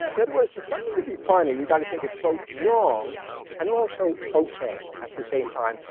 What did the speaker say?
in other words, for something to be funny, we've got to think it's both wrong and also okay at the same time.